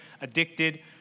addicted